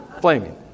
flaming